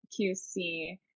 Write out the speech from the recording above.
QC